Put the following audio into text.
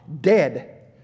dead